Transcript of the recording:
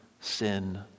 sin